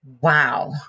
Wow